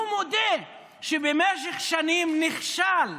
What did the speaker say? הוא מודה שבמשך שנים נכשלו,